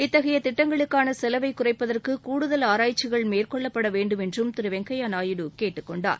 இத்தகைய திட்டங்களுக்கான செலவை குறைப்பதற்கு கூடுதல் ஆராய்ச்சிகள் மேற்கொள்ளப்பட வேண்டும் என்றும் திரு வெங்கய்யா நாயுடு கேட்டுக் கொண்டார்